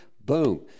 boom